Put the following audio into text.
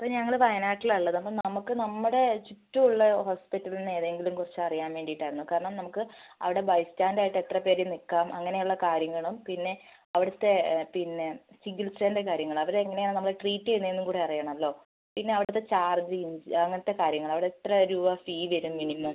ഇപ്പം ഞങ്ങൾ വായനാട്ടിലാണ് ഉള്ളത് അപ്പം നമുക്ക് നമ്മുടെ ചുറ്റും ഉള്ള ഹോസ്പിറ്റൽ എന്ന് ഏതെങ്കിലും കുറിച്ച് അറിയാൻ വേണ്ടിയിട്ടായിരുന്നു കാരണം നമുക്ക് അവിടെ ബൈ സ്റ്റാൻഡ് ആയിട്ട് എത്ര പേർ നിൽക്കാം അങ്ങനെയുള്ള കാര്യങ്ങളും പിന്നെ അവിടുത്തെ പിന്നെ ചികിത്സേൻ്റെ കാര്യങ്ങൾ അവർ എങ്ങനെയാണ് നമ്മളെ ട്രീറ്റ് ചെയ്യുന്നത് എന്നും കൂടെ അറിയണമല്ലോ പിന്നെ അവിടുത്തെ ചാർജ് ഇൻ അങ്ങനത്തെ കാര്യങ്ങൾ അവിടെ എത്ര രൂപ ഫീ വരും മിനിമം